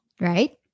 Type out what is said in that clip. right